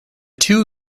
two